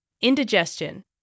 indigestion